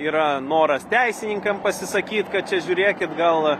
yra noras teisininkam pasisakyt kad čia žiūrėkit gal